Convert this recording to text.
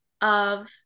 of-